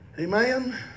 Amen